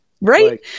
Right